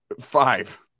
five